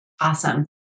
Awesome